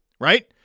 right